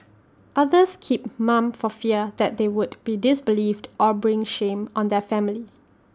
others keep mum for fear that they would be disbelieved or bring shame on their family